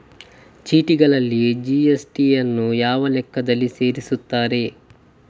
ಚೀಟಿಗಳಲ್ಲಿ ಜಿ.ಎಸ್.ಟಿ ಯನ್ನು ಯಾವ ಲೆಕ್ಕದಲ್ಲಿ ಸೇರಿಸುತ್ತಾರೆ?